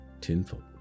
tenfold